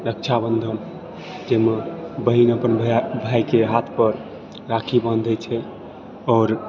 रक्षाबन्धन जाहिमे बहिन अपन भै भाइके हाथ पर राखी बाँधे छै आओर